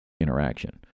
interaction